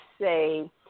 say